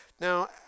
Now